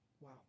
Wow